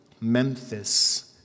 Memphis